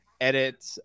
edit